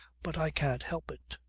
but i can't help it.